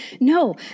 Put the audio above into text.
No